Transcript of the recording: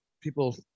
people